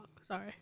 sorry